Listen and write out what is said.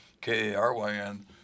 K-A-R-Y-N